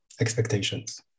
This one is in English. expectations